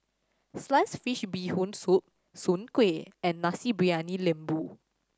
sliced fish Bee Hoon Soup Soon Kueh and Nasi Briyani Lembu